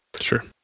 sure